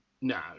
No